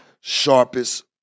sharpest